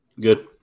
Good